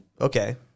Okay